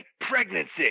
pregnancy